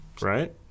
Right